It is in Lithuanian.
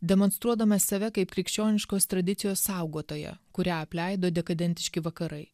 demonstruodamas save kaip krikščioniškos tradicijos saugotoją kurią apleido dekadentiški vakarai